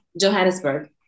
Johannesburg